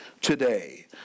today